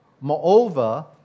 Moreover